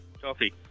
coffee